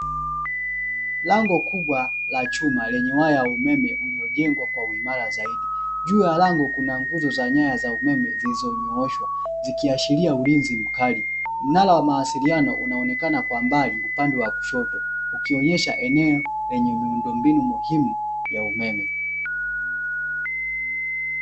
Lango kubwa ka chuma lenye nyaya ya umeme lililojegwa kwa uimara zaidi juu ya lango kuna nguzo kuna nyaya za umeme zilizonyooshwa, ikiashiria kuna ulinzi mkali mnala wa mawasiliano ukionekana kwa mbali upande wa kushoto ikionyesha eneo lenye miundombinu ya umeme.